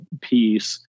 piece